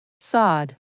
Sod